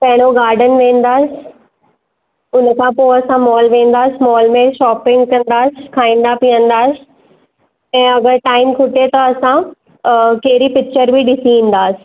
पहिरियों गार्डन वेंदासि उन खां पोइ असां मॉल वेंदासि मॉल में शॉपिंग कंदासि खाईंदा पीअंदासि ऐं अगरि टाइम खुटे त असां कहिड़ी पिचर बि ॾिसी ईंदासि